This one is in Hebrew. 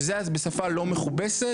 שזה בשפה לא מכובסת,